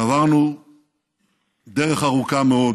עברנו דרך ארוכה מאוד